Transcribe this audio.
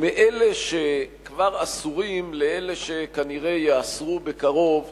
ומאלה שכבר אסורים לאלה שכנראה ייאסרו בקרוב: